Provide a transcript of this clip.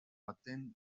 batean